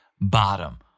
bottom